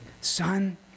son